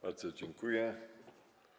Bardzo dziękuję.